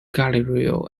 galileo